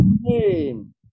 name